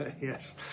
yes